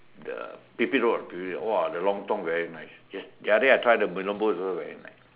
the Pipit road Pipit road !wah! the lofting very nice the other day I try the Mee-Rebus also very nice